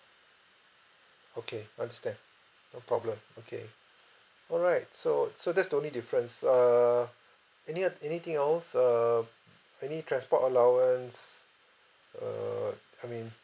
okay understand no problem okay alright so so that's the only difference err any oth~ anything else err any transport allowance err I mean